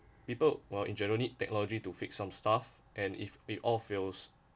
people while in general need technology to fix some stuff and if it all fails